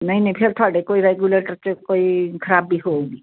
ਨਹੀਂ ਨਹੀਂ ਫਿਰ ਤੁਹਾਡੇ ਕੋਈ ਰੈਗੂਲੇਟਰ 'ਚ ਕੋਈ ਖ਼ਰਾਬੀ ਹੋਊਗੀ